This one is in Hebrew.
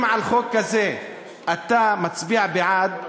אם על חוק כזה אתה מצביע בעד,